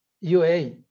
UA